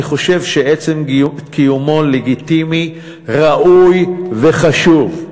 אני חושב שעצם קיומו לגיטימי, ראוי וחשוב.